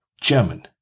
German